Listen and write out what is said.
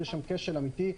שיש שם כשל אמיתי,